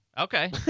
Okay